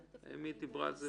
וואלה, כדאי לו להגיע לפעם שלישית.